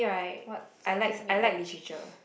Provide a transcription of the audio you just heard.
what something midnight